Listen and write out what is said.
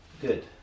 Good